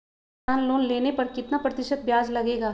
किसान लोन लेने पर कितना प्रतिशत ब्याज लगेगा?